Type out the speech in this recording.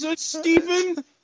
Stephen